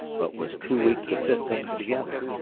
but was too weak to fit things together.